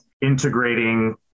integrating